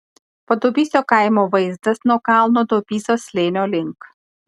padubysio kaimo vaizdas nuo kalno dubysos slėnio link